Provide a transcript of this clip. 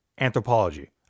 anthropology